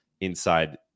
inside